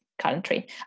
country